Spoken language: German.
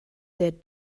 der